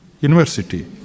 university